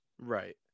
right